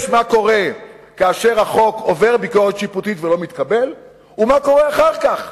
מה קורה כאשר החוק עובר ביקורת שיפוטית ולא מתקבל ומה קורה אחר כך.